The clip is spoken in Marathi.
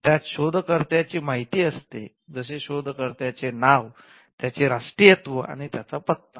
त्यात शोधकर्त्या ची माहिती असते जसे शोधकर्त्याचे नाव त्याचे राष्ट्रीयत्व आणि त्याचा पत्ता